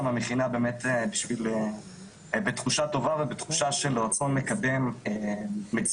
מהמכינה באמת בתחושה טובה ובתחושה של רצון מקדם מציאות